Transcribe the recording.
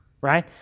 right